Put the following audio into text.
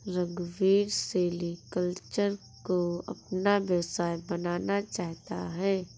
रघुवीर सेरीकल्चर को अपना व्यवसाय बनाना चाहता है